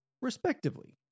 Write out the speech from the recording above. respectively